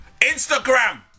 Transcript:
Instagram